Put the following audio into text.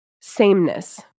sameness